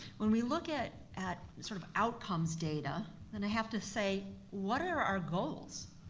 when we look at at sort of outcomes data and have to say, what are our goals?